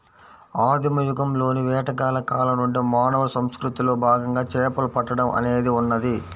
ఆదిమ యుగంలోని వేటగాళ్ల కాలం నుండి మానవ సంస్కృతిలో భాగంగా చేపలు పట్టడం అనేది ఉన్నది